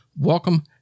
welcome